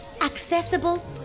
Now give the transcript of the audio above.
accessible